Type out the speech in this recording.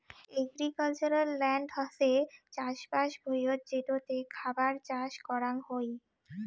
agricultural land হসে চাষবাস ভুঁইয়ত যেটোতে খাবার চাষ করাং হই